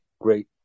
great